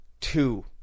two